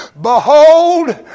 Behold